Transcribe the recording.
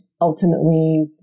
ultimately